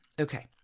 okay